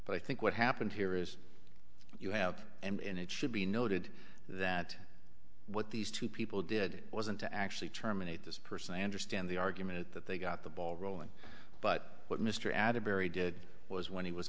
but i think what happened here is you have and it should be noted that what these two people did wasn't to actually terminate this person i understand the argument that they got the ball rolling but what mr adam berry did was when he was